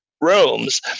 rooms